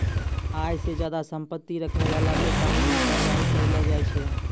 आय से ज्यादा संपत्ति रखै बाला पे कानूनी कारबाइ करलो जाय छै